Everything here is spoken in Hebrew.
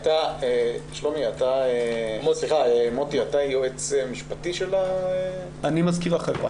מוטי, אתה יועץ משפטי של ה- -- אני מזכיר החברה.